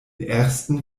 ersten